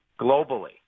globally